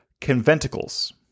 conventicles